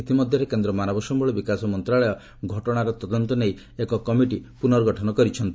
ଇତିମଧ୍ୟରେ କେନ୍ଦ୍ର ମାନବ ସମ୍ଭଳ ବିକାଶ ମନ୍ତ୍ରଶାଳୟ ଘଟଣାର ତଦନ୍ତ ନେଇ ଏକ କମିଟିର ପୁନର୍ଗଠନ କରିଛନ୍ତି